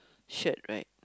shirt right